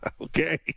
Okay